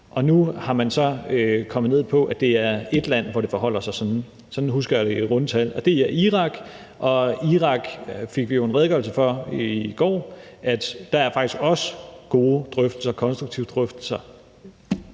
Nu er man så kommet ned på, at det er ét land, hvor det forholder sig sådan – sådan husker jeg det i runde tal – og det er Irak. Irak fik vi jo en redegørelse om i går, og der foregår der faktisk også gode konstruktive drøftelser.